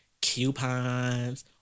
coupons